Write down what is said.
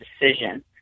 decision